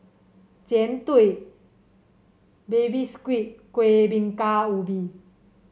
Jian Dui Baby Squid Kuih Bingka Ubi